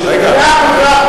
האומה.